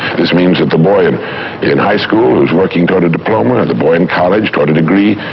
this means that the boy in in high school who's working toward a diploma, or the boy in college toward a degree,